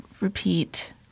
repeat